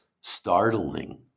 startling